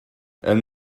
elle